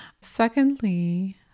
Secondly